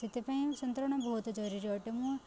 ସେଥିପାଇଁ ସନ୍ତରଣ ବହୁତ ଜରୁରୀ ଅଟେ ମୁଁ